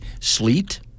Sleet